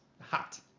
Hot